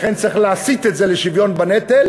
לכן צריך להסיט את זה לשוויון בנטל,